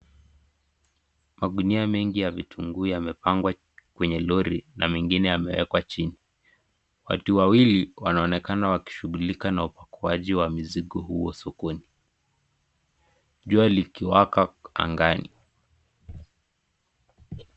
Magunia mengi ya vitunguu yamepangwa kwenye lori na mengine yamewekwa chini, watu wawili wanaonekana wakishughulika kwa ajili ya mizigo huu sokoni, jua likiwaka angani.